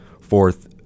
fourth